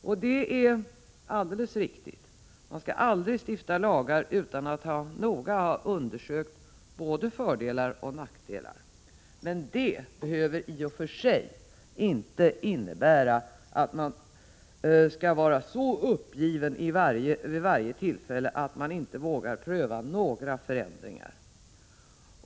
Och det är alldeles riktigt — man skall aldrig stifta lagar utan att noga ha undersökt både fördelar och nackdelar, men det behöver i och för sig inte medföra att man skall vara så uppgiven vid varje tillfälle att man inte vågar pröva några förändringar.